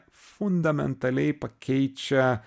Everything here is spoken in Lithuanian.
fundamentaliai pakeičia